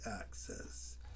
access